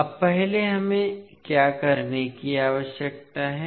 अब पहले हमें क्या करने की आवश्यकता है